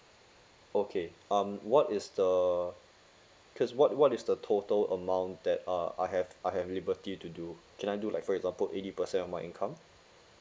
okay um what is the cause what what is the total amount that uh I have I have liberty to do can I do like for example eighty percent of my income